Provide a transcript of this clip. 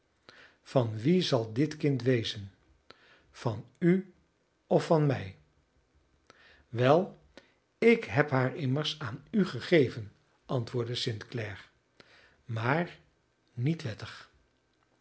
van wien zal dit kind wezen van u of van mij wel ik heb haar immers aan u gegeven antwoordde st clare maar niet wettig